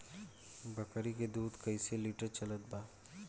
बकरी के दूध कइसे लिटर चलत बा?